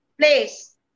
place